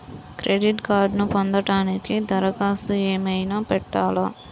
Credit కార్డ్ను పొందటానికి దరఖాస్తు ఏమయినా పెట్టాలా?